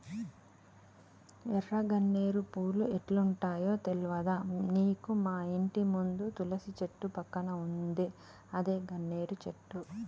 ఎర్ర గన్నేరు పూలు ఎట్లుంటయో తెల్వదా నీకు మాఇంటి ముందు తులసి చెట్టు పక్కన ఉందే అదే గన్నేరు చెట్టు